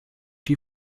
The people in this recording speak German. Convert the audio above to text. die